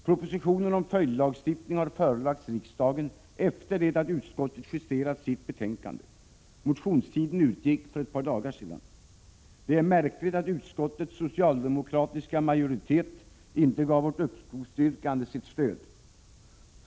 Propositionen om följdlagstiftning har förelagts riksdagen efter det att utskottet justerat sitt betänkande — motionstiden utgick för ett par dagar sedan. Det är märkligt att utskottets socialdemokratiska majoritet inte gav vårt uppskovsyrkande sitt stöd.